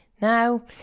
Now